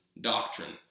doctrine